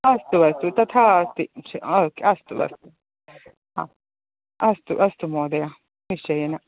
अस्तु अस्तु तथा अस्ति ओके अस्तु अस्तु हा अस्तु अस्तु महोदय निश्चयेन